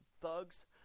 thugs